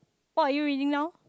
what are you reading now